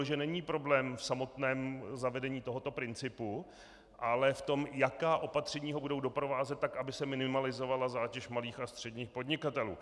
Že není problém v samotném zavedení tohoto principu, ale v tom, jaká opatření ho budou doprovázet tak, aby se minimalizovala zátěž malých a středních podnikatelů.